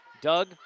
Doug